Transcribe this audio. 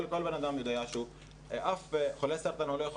כל בן אדם יודע שאף חולה סרטן לא יכול